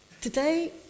today